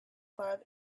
club